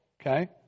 okay